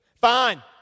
Fine